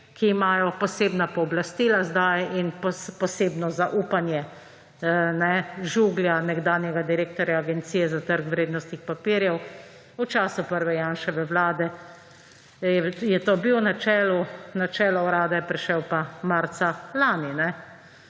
ki imajo posebna pooblastila zdaj in posebno zaupanje Žuglja, nekdanjega direktorja Agencije za trg vrednostnih papirjev v času prve Janševe vlade, na čelo Urada je prišel pa marca lani.